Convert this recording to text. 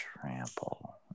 trample